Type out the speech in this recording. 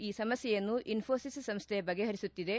ಈ ಸಮಸ್ವೆಯನ್ನು ಇನ್ನೋಷಿಸ್ ಸಂಸ್ಥೆ ಬಗೆಹರಿಸುತ್ತಿದೆ